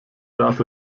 darf